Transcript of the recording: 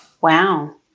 Wow